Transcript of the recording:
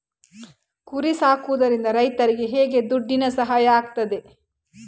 ಕುರಿ ಸಾಕುವುದರಿಂದ ರೈತರಿಗೆ ಹೇಗೆ ದುಡ್ಡಿನ ಸಹಾಯ ಆಗ್ತದೆ?